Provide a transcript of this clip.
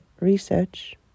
research